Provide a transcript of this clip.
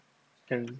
and